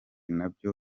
nabyo